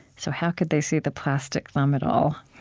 so how could they see the plastic thumb at all?